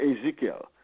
Ezekiel